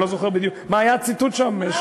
אני לא זוכר בדיוק מה היה הציטוט שם.